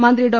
മന്ത്രി ഡോ